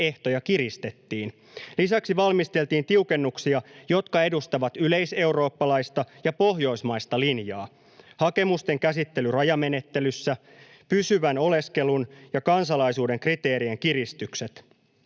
ehtoja kiristettiin. Lisäksi valmisteltiin tiukennuksia, jotka edustavat yleiseurooppalaista ja pohjoismaista linjaa: hakemusten käsittely rajamenettelyssä, pysyvän oleskelun ja kansalaisuuden kriteerien kiristykset,